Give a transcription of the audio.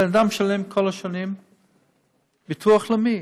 בן אדם משלם כל השנים ביטוח לאומי,